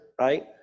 right